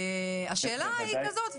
והשאלה היא כזאת,